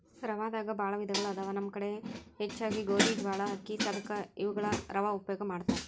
ರವಾದಾಗ ಬಾಳ ವಿಧಗಳು ಅದಾವ ನಮ್ಮ ಕಡೆ ಹೆಚ್ಚಾಗಿ ಗೋಧಿ, ಜ್ವಾಳಾ, ಅಕ್ಕಿ, ಸದಕಾ ಇವುಗಳ ರವಾ ಉಪಯೋಗ ಮಾಡತಾರ